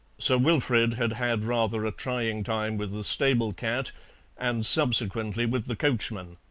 sir wilfrid had had rather a trying time with the stable cat and subsequently with the coachman.